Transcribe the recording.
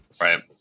right